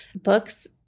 Books